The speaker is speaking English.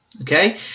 Okay